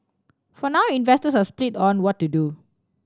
for now investors are split on what to do